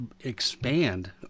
expand